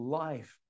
life